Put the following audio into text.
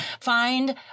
find